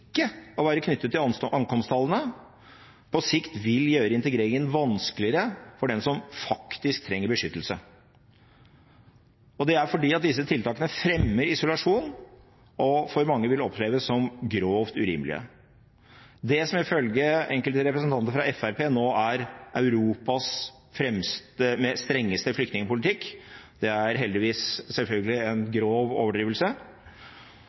å være knyttet til ankomsttallene – på sikt vil gjøre integreringen vanskeligere for dem som faktisk trenger beskyttelse. Det er fordi disse tiltakene fremmer isolasjon og for mange vil oppleves som grovt urimelige. Dette er ifølge enkelte representanter fra Fremskrittspartiet nå Europas strengeste flyktningpolitikk. Det er heldigvis – selvfølgelig – en grov overdrivelse,